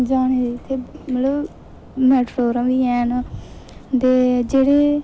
जां इत्थै मतलब मेटाडोरां बी हैन ते जेह्ड़े